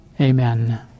Amen